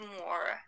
more